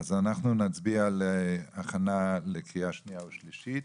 אז אנחנו נצביע על הכנה לקריאה שניה ושלישית